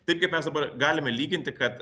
taip kaip mes dabar galime lyginti kad